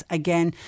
again